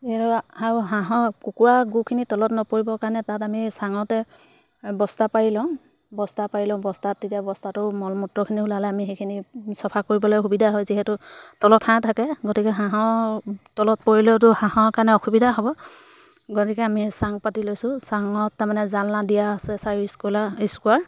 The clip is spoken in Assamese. যিহেতু আৰু হাঁহৰ কুকুৰাৰ গুখিনি তলত নপৰিবৰ কাৰণে তাত আমি চাঙতে বস্তা পাৰি লওঁ বস্তা পাৰি লওঁ বস্তাত তেতিয়া বস্তাটো মলমূত্ৰখিনি ওলালে আমি সেইখিনি চাফা কৰিবলৈ সুবিধা হয় যিহেতু তলত হাঁহ থাকে গতিকে হাঁহৰ তলত পৰিলেওতো হাঁহৰ কাৰণে অসুবিধা হ'ব গতিকে আমি চাং পাতি লৈছোঁ চাঙত তাৰমানে জালনা দিয়া আছে চাৰিও স্কুলা ইস্কোৱাৰ